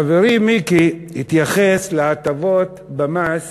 חברי מיקי התייחס להטבות במס